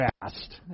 fast